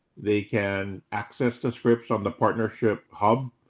they can access the scripts on the partnership hub.